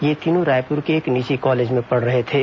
ये तीनों रायपुर के एक निजी कॉलेज में पढ़ रहे थे